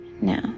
Now